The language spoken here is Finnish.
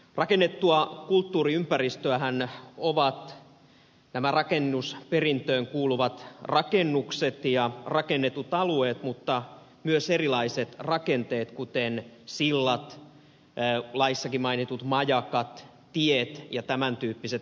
rakennettua kulttuuriympäristöähän ovat rakennusperintöön kuuluvat rakennukset ja rakennetut alueet mutta myös erilaiset rakenteet kuten sillat laissakin mainitut majakat tiet ja tämän tyyppiset kokonaisuudet